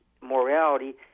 morality